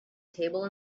table